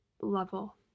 level